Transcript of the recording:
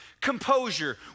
Composure